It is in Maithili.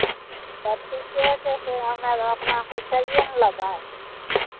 तब ठीके छै से हमर अपनाकेँ कहिए ने लेबै